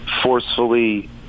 forcefully